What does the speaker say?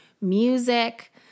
music